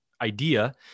idea